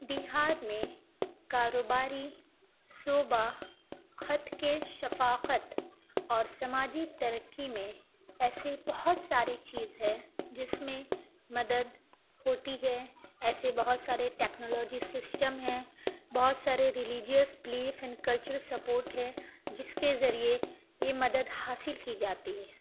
بہار میں کاروباری صوبہ خط کے شناخت اور سماجی ترقی میں ایسے بہت ساری چیز ہے جس میں مدد ہوتی ہے ایسے بہت سارے ٹیکنالوجی سسٹم ہیں بہت سارے religious beliefs and cultural support ہے جس کے ذریعے یہ مدد حاصل کی جاتی ہے